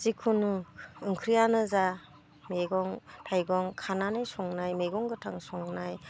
जिखुनु ओंख्रियानो जा मैगं थाइगं खानानै संनाय मैगं गोथां संनाय